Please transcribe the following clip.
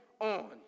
on